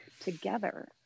together